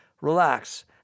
Relax